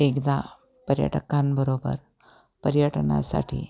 एकदा पर्यटकांबरोबर पर्यटनासाठी